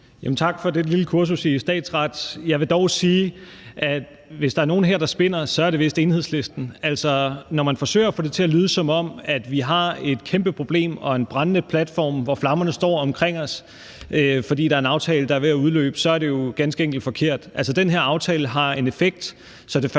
tak for det lille kursus i statsret. Jeg vil dog sige, at hvis der er nogen her, der spinner, så er det vist Enhedslisten. Altså, når man får det til at lyde, som om vi har et kæmpe problem og en brændende platform, hvor flammerne står omkring os, fordi der er en aftale, der er ved at udløbe, så er det jo ganske enkelt forkert. Den her aftale har en effekt, så det først